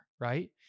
right